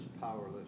powerless